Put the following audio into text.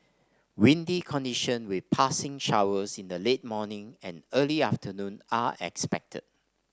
windy condition with passing showers in the late morning and early afternoon are expected